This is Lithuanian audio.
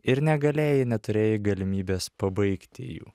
ir negalėjai neturėjai galimybės pabaigti jų